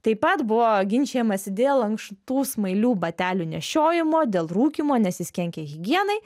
taip pat buvo ginčijamasi dėl ankštų smailių batelių nešiojimo dėl rūkymo nes jis kenkia higienai